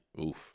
Oof